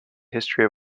history